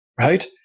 right